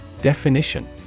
Definition